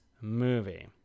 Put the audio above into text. movie